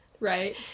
Right